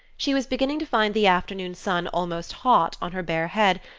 she was beginning to find the afternoon sun almost hot on her bare head,